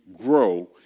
grow